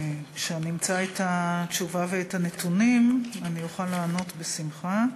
כשאני אמצא את התשובה ואת הנתונים אני אוכל לענות בשמחה.